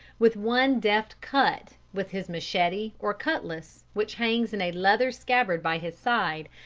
with one deft cut with his machete or cutlass, which hangs in a leather scabbard by his side,